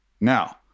Now